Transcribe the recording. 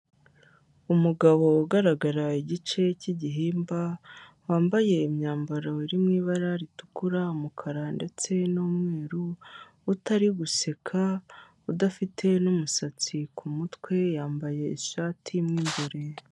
Umugabo ugaragara igice cy'igihimba, wambaye imyambaro iri mu ibara ritukura, umukara ndetse n'umweru, utari guseka, udafite n'umusatsi ku mutwe, yambaye ishati mo imbere.